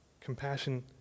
Compassion